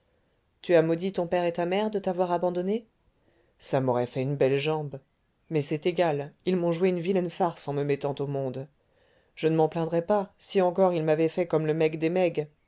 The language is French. tu as maudit ton père et ta mère de t'avoir abandonné ça m'aurait fait une belle jambe mais c'est égal ils m'ont joué une vilaine farce en me mettant au monde je ne m'en plaindrais pas si encore ils m'avaient fait comme le meg des megs